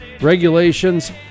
regulations